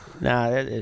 Nah